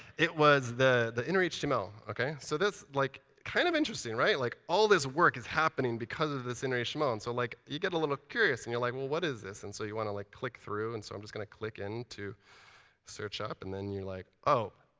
it was the the innerhtml. ok, so that's like kind of interesting, right? like, all this work is happening because of this innerhtml. so like you get a little curious and you're like, well, what is this? and so you want to like click through. and so i'm just going to click into search up. and then you're like, oh,